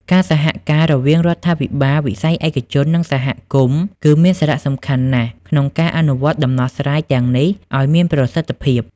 ការសហការរវាងរដ្ឋាភិបាល វិស័យឯកជន និងសហគមន៍ គឺមានសារៈសំខាន់ណាស់ក្នុងការអនុវត្តដំណោះស្រាយទាំងនេះឲ្យមានប្រសិទ្ធភាព។